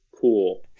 cool